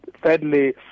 Thirdly